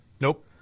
Nope